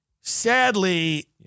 sadly